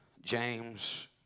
James